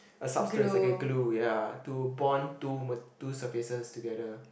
a substance like a glue ya to bond two ma~ two surfaces together